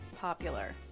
popular